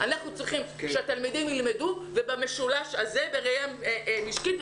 לגבי דבריו של חבר הכנסת אלון שוסטר.